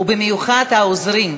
במיוחד העוזרים,